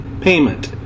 payment